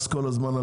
עליהן מס כל הזמן,